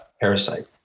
Parasite